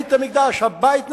הבית נהרס,